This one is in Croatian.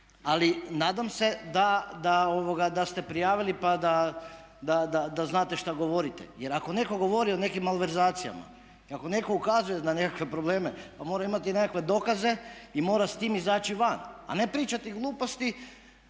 Ali nadam se da ste prijavili pa da znate šta govorite, jer ako netko govori o nekim malverzacijama i ako netko ukazuje na nekakve probleme, pa mora imati nekakve dokaze i mora s tim izaći van, a ne pričati gluposti.